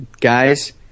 guys